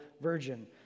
virgin